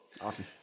Awesome